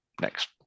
next